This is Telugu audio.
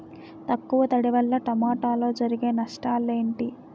తక్కువ తడి వల్ల టమోటాలో జరిగే నష్టాలేంటి?